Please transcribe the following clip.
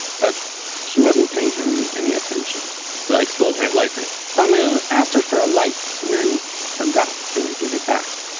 but she wasn't paying him any attention so i stole her lighter tamer um ah asked her for a light, and then forgot to give it back.